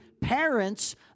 parents